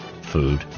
Food